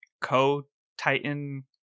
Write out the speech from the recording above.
co-Titan